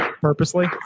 purposely